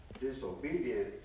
disobedient